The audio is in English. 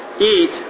eat